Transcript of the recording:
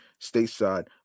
stateside